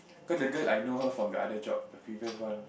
cause the girl I know her from the other job the previous one